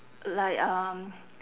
like um